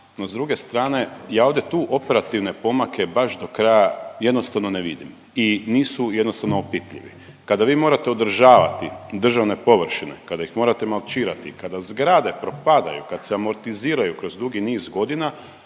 s druge strane ja ovdje tu operativne pomake baš do kraja jednostavno ne vidim i nisu jednostavno opipljivi. Kada vi morate održavati državne površine, kada ih morate malčirati, kada zgrade propadaju kad se amortiziraju kroz dugi niz godina